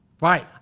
right